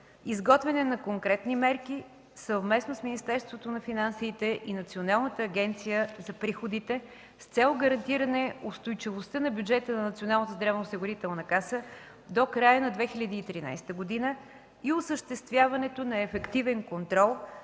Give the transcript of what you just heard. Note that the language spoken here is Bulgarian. изготвяне на конкретни мерки съвместно с Министерството на финансите и Националната агенция за приходите, с цел гарантиране устойчивостта на бюджета на Националната здравноосигурителна каса до края на 2013 г. и осъществяването на ефективен контрол